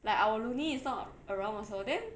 like our roommate is not around also then